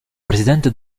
presidente